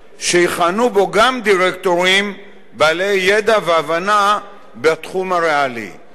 שיכהנו בהם גם דירקטורים בעלי ידע והבנה בתחום הריאלי,